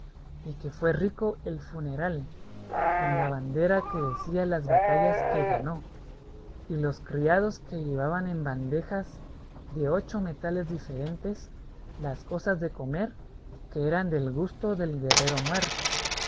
y que fue rico el funeral con la bandera que decía las batallas que ganó y los criados que llevaban en bandejas de ocho metales diferentes las cosas de comer que eran del gusto del guerrero muerto